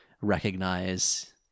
recognize